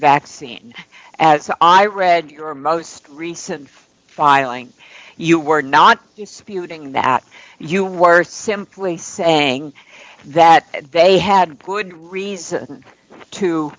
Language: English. vaccine as i read your most recent filing you were not getting that you were simply saying that they had good reason to